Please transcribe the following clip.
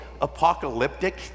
apocalyptic